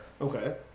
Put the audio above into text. Okay